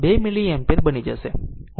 2 milliampere બની જશે